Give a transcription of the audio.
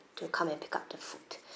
to come and pick up the food